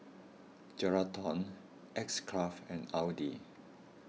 Geraldton X Craft and Audi